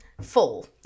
full